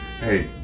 Hey